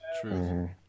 true